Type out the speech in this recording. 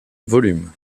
volumes